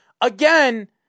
again